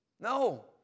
No